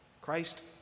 Christ